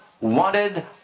wanted